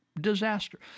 disaster